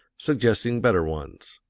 suggesting better ones.